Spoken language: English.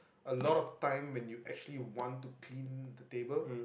a lot of time when you actually want to clean the table